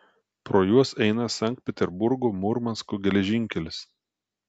pro juos eina sankt peterburgo murmansko geležinkelis